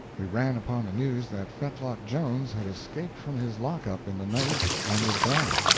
we ran upon the news that fetlock jones had escaped from his lock-up in the night and is gone!